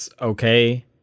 okay